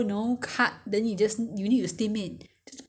better to buy from the market or what if we can you know